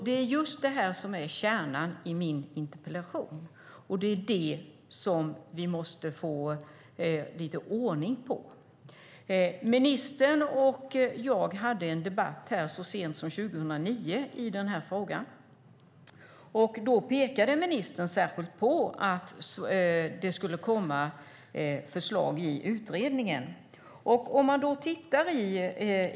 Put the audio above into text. Det är just det här som är kärnan i min interpellation, och det är det här som vi måste få lite ordning på. Ministern och jag hade en debatt i den här frågan 2009. Då pekade ministern särskilt på att det skulle komma förslag i utredningen.